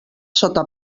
sota